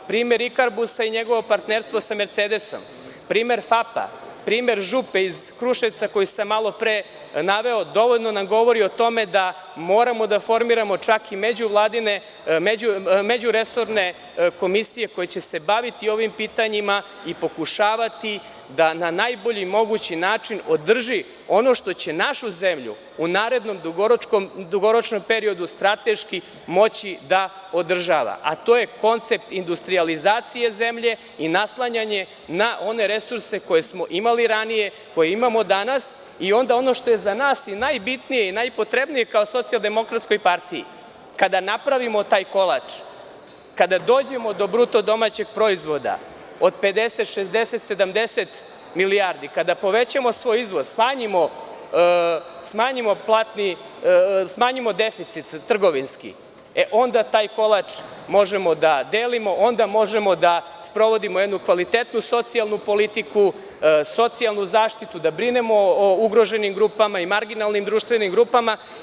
Primer „Ikarbusa“ i njegovo partnerstvo sa „Mercedesom“, primer „FAP-a“, primer „Župe“ iz Kruševca koji sam malopre naveo dovoljno nam govori o tome da moramo da formiramo čak i međuresorne komisije koje će se baviti ovim pitanjima i pokušavati da na najbolji mogući način održi ono što će našu zemlju u narednom dugoročnom periodu strateški moći da održava, a to je koncept industrijalizacije zemlje i naslanjanje na one resurse koje smo imali ranije, koje imamo danas i onda ono što je za nas i najbitnije i najpotrebnije kao Socijaldemokratskoj partiji, kada napravimo taj kolač, kada dođemo do bruto domaćeg proizvoda od 50, 60, 70 milijardi, kada povećamo svoj izvoz, smanjimo deficit trgovinski, e onda taj kolač možemo da delimo, onda možemo da sprovodimo jednu kvalitetnu socijalnu politiku, socijalnu zaštitu, da brinemo o ugroženim grupama i marginalnim društvenim grupama.